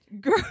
girl